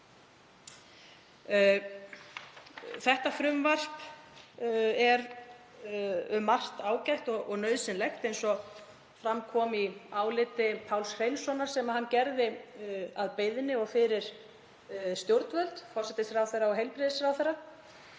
Þetta frumvarp er um margt ágætt og nauðsynlegt eins og fram kom í áliti Páls Hreinssonar, sem hann gerði að beiðni stjórnvalda, forsætisráðherra og heilbrigðisráðherra,